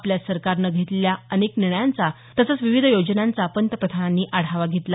आपल्या सरकारनं घेतलेल्या अनेक निर्णयांचा तसंच विविध योजनांचा पंतप्रधानांनी आढावा घेतला